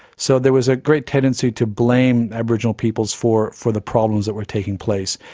so there was a great tendency to blame aboriginal peoples for for the problems that were taking place,